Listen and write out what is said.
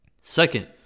Second